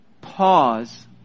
pause